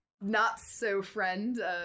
not-so-friend